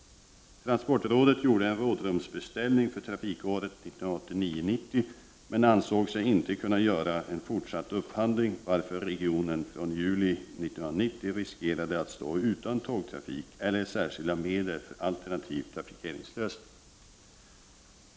Transportrådet gjorde en rådrumsbeställning för trafikåret 1989/90, men ansåg sig inte kunna göra en fort satt upphandling, varför regionen från juli 1990 riskerade att stå utan tågtrafik eller särskilda medel för alternativ trafikeringslösning.